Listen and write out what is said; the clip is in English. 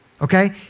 okay